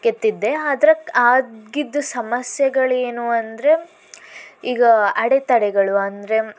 ಕೆತ್ತಿದ್ದೆ ಆದರೆ ಆಗಿದ್ದ ಸಮಸ್ಯೆಗಳು ಏನು ಅಂದರೆ ಈಗ ಅಡೆತಡೆಗಳು ಅಂದರೆ